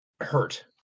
hurt